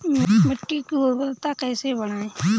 मिट्टी की उर्वरता कैसे बढ़ाएँ?